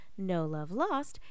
NOLOVELOST